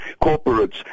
corporates